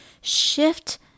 shift